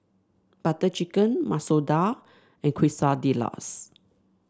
Butter Chicken Masoor Dal and Quesadillas